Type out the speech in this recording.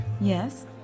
Yes